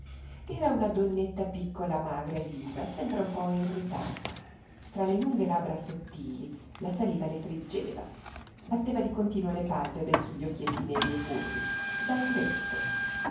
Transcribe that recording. era una donnetta piccola magra e viva sempre un po irritata tra le lunghe labbra sottili la saliva le friggeva batteva di continuo le palpebre su gli occhietti neri e furbi da furetto